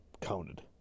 counted